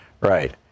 Right